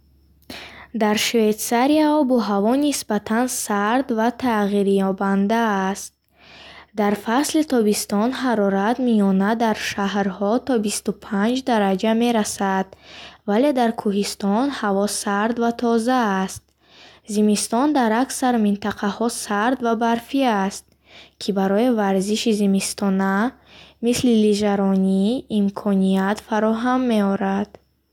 Дар Швейтсария обу ҳаво нисбатан сард ва тағйирёбанда аст. Дар фасли тобистон ҳарорат миёна дар шаҳрҳо то бисту панҷ дараҷа мерасад, вале дар кӯҳистон ҳаво сард ва тоза аст. Зимистон дар аксар минтақаҳо сард ва барфӣ аст, ки барои варзиши зимистона, мисли лижаронӣ, имконият фароҳам меорад.